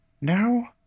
Now